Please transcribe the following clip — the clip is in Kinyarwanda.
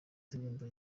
indirimbo